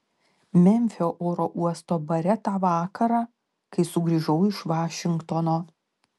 memfio oro uosto bare tą vakarą kai sugrįžau iš vašingtono